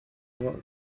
what